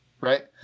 Right